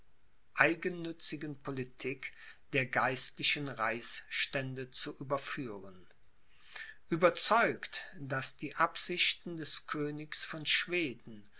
eigennützigen politik der geistlichen reichsstände zu überführen ueberzeugt daß die absichten des königs von schweden